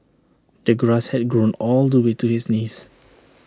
the grass had grown all the way to his knees